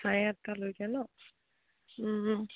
চাৰে আঠটালৈকে ন